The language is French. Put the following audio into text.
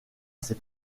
ces